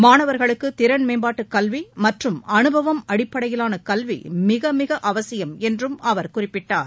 மாணவர்களுக்கு திறன்மேம்பாட்டுக் கல்வி மற்றும் அனுபவம் அடிப்படையிலான கல்வி மிக மிக அவசியம் என்றும் அவர் குறிப்பிட்டார்